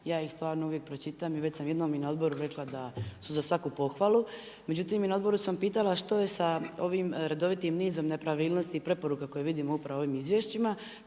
ja ih stvarno uvijek pročitam i već sam jednom i na odboru rekla da su za svaku pohvalu, međutim i na odboru sam pitala što je sa ovim redovitim nizom nepravilnosti i preporuka koje vidimo upravo u ovim izvješćima,